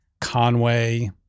Conway